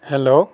hello